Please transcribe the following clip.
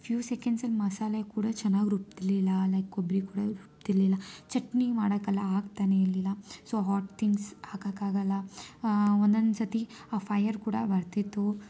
few ಸೆಕೆಂಡ್ಸ್ಲ್ಲಿ ಮಸಾಲೆ ಕೂಡ ಚೆನ್ನಾಗಿ ರುಬ್ತಿರ್ಲಿಲ್ಲ ಲೈಕ್ ಕೊಬ್ಬರಿ ಕೂಡ ರುಬ್ತಿರ್ಲಿಲ್ಲ ಚಟ್ನಿ ಮಾಡಕ್ಕೆಲ್ಲ ಆಗ್ತಾನೆ ಇರ್ಲಿಲ್ಲ ಸೋ ಹಾಟ್ ಥಿಂಗ್ಸ್ ಹಾಕಕ್ಕಾಗಲ್ಲ ಒಂದೊಂದು ಸರ್ತಿ ಫೈಯರ್ ಕೂಡ ಬರ್ತಿತ್ತು